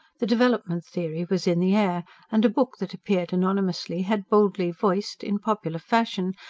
the development theory was in the air and a book that appeared anonymously had boldly voiced, in popular fashion,